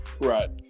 Right